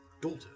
daughter